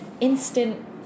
instant